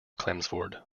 chelmsford